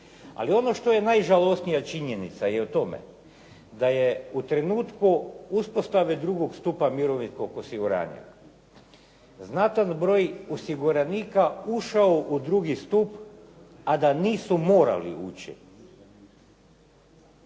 Ali ono što je najžalosnija činjenica je u tome da je u trenutku uspostave drugog stupa mirovinskog osiguranja znatan broj osiguranika ušao u drugi stup a da nisu morali ući.